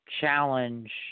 challenge